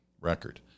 record